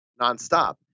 nonstop